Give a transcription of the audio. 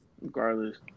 Regardless